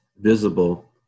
visible